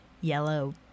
yellow